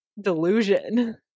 delusion